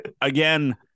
again